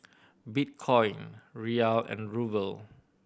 Bitcoin Riyal and Ruble